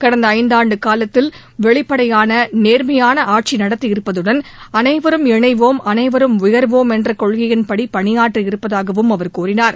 கடந்த ஐந்தாண்டு காலத்தில் வெளிப்படையான நேர்மையான ஆட்சி நடத்தியிருப்பதுடன் அளைவரும் இணைவோம் அளைவரும் உயர்வோம் என்ற கொள்கையின்படி பணியாற்றியிருப்பதாகவும் அவர் கூறினார்